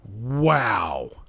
Wow